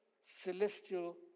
celestial